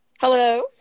Hello